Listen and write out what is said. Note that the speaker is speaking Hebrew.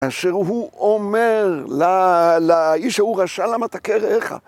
‫אשר הוא אומר לאיש ההוא רשע, ‫למה אתה קרח?